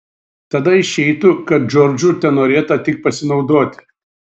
tada išeitų kad džordžu tenorėta tik pasinaudoti